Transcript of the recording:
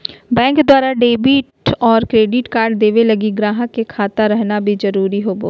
bank द्वारा debit और credit card देवे लगी गाहक के खाता रहना भी जरूरी होवो